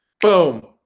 Boom